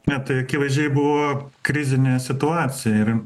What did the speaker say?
ne tai akivaizdžiai buvo krizinė situacija ir